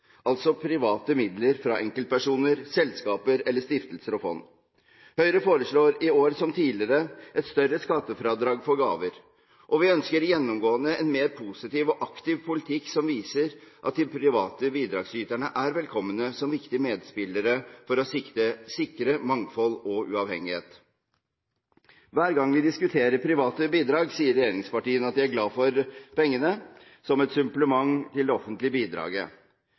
altså private midler fra enkeltpersoner, selskaper, stiftelser eller fond. Høyre foreslår i år, som tidligere, et større skattefradrag for gaver, og vi ønsker gjennomgående en mer positiv og aktiv politikk som viser at de private bidragsyterne er velkomne som viktige medspillere for å sikre mangfold og uavhengighet. Hver gang vi diskuterer private bidrag, sier regjeringspartiene at de er glade for pengene som et supplement til det offentlige bidraget.